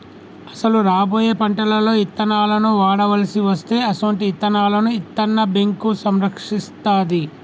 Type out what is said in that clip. అసలు రాబోయే పంటలలో ఇత్తనాలను వాడవలసి అస్తే అసొంటి ఇత్తనాలను ఇత్తన్న బేంకు సంరక్షిస్తాది